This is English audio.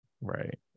Right